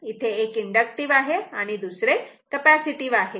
कारण इथे एक इंडक्टिव्ह आहे आणि दुसरे कपॅसिटीव्ह आहे